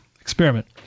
experiment